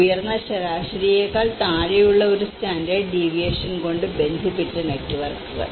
ഉയർന്ന ശരാശരിയേക്കാൾ താഴെയുള്ള ഒരു സ്റ്റാൻഡേർഡ് ഡീവിയേഷൻ കൊണ്ട് ബന്ധിപ്പിച്ച നെറ്റ്വർക്കുകൾ